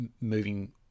moving